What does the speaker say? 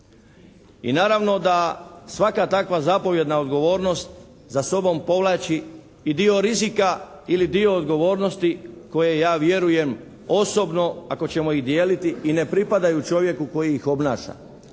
i naravno da svaka takva zapovjedna odgovornost za sobom povlači i dio rizika ili dio odgovornosti koje ja vjerujem osobno ako ćemo ih dijeliti i ne pripadaju čovjeku koji ih obnaša.